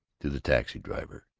to the taxi-driver.